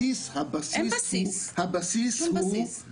אבל הבסיס הוא --- אין בסיס, שום בסיס.